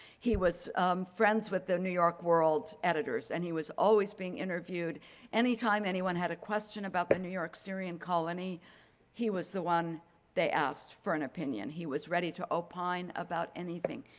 he was friends with the new york world editors and he was always being interviewed anytime anyone had a question about the new york syrian colony he was the one they asked for an opinion. he was ready to opine about anything,